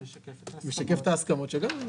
משקף את ההסכמות אליהן הגענו.